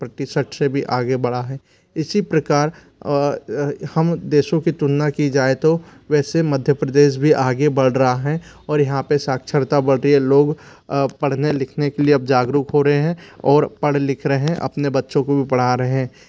प्रतिशत से भी आगे बढ़ा है इसी प्रकार हम देशों की तुलना की जाए तो वैसे मध्य प्रदेश भी आगे बढ़ रहा है और यहाँ पे साक्षरता बढ़ रही है लोग पढ़ने लिखने के लिए अब जागरुक हो रहे है और पढ़ लिख रहे हैं और अपने बच्चों को भी पढ़ा रहे हैं